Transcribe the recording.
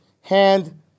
hand